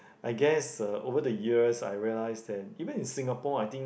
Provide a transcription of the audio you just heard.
I guess uh over the years I realise that even in Singapore I think